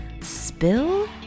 Spill